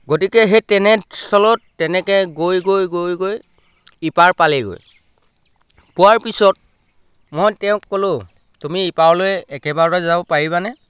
গতিকে সেই তেনেস্থলত তেনেকৈ গৈ গৈ গৈ গৈ ইপাৰ পালেগৈ পোৱাৰ পিছত মই তেওঁক ক'লোঁ তুমি ইপাৰলৈ একেবাৰতে যাব পাৰিবানে